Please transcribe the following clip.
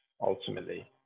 ultimately